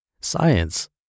science